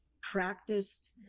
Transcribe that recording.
practiced